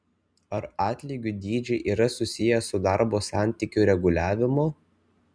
ar atlygių dydžiai yra susiję su darbo santykių reguliavimu